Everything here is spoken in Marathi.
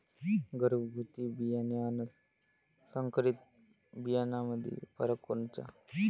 घरगुती बियाणे अन संकरीत बियाणामंदी फरक कोनचा?